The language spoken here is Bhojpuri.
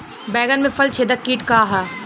बैंगन में फल छेदक किट का ह?